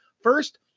first